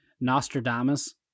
Nostradamus